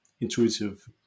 intuitive